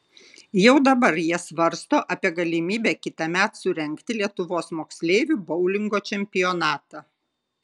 jau dabar jie svarsto apie galimybę kitąmet surengti lietuvos moksleivių boulingo čempionatą